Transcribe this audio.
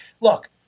look